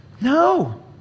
No